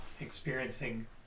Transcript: experiencing